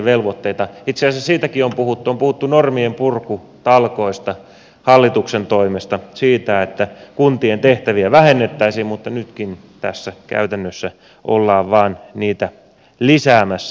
itse asiassa on puhuttu myöskin normien purkutalkoista hallituksen toimesta siitä että kuntien tehtäviä vähennettäisiin mutta nytkin tässä käytännössä ollaan vain niitä lisäämässä tältä osin